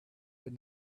but